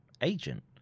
agent